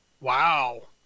Wow